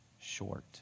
short